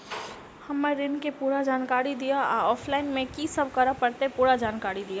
हम्मर ऋण केँ पूरा जानकारी दिय आ ऑफलाइन मे की सब करऽ पड़तै पूरा जानकारी दिय?